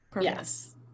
Yes